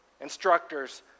instructors